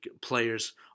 players